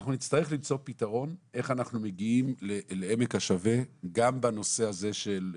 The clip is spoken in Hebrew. אנחנו נצטרך למצוא פתרון איך אנחנו מגיעים לעמק השווה גם בנושא הזה של,